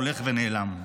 הולך ונעלם.